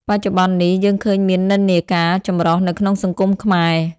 បច្ចុប្បន្ននេះ យើងឃើញមាននិន្នាការចម្រុះនៅក្នុងសង្គមខ្មែរ។